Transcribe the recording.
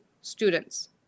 students